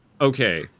Okay